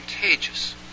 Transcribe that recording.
contagious